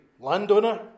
landowner